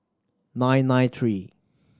nine nine three